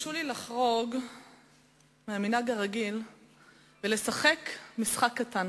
הרשו לי לחרוג מהמנהג הרגיל ולשחק משחק קטן